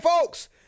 folks